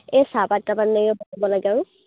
এই চাহপাত তাহপাত